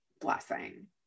blessing